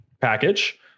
package